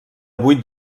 vuit